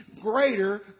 greater